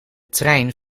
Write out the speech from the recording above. trein